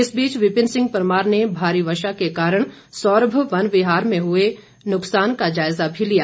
इस बीच विपिन सिंह परमार ने भारी वर्षा के कारण सौरम वन विहार में हुए नुकसान का जायजा भी लिया